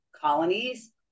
colonies